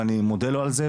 ואני מודה לו על זה,